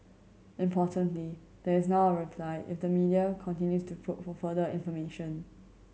importantly there is now a reply if the media continues to probe for further information